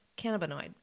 cannabinoid